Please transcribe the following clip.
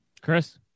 Chris